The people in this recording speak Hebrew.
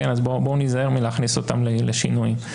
אז בואו ניזהר מלהכניס אותם לשינויים.